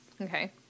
Okay